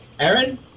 Aaron